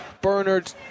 Bernard